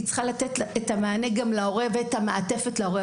היא צריכה לתת את המענה גם להורה ואת המעטפת להורה,